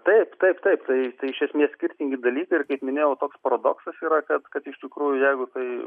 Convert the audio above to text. taip taip taip taip tai iš esmės skirtingi dalykai ir kaip minėjau toks paradoksas yra kad kad iš tikrųjų jeigu tai